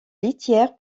litière